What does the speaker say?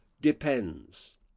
depends